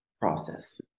process